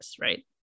right